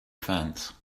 fence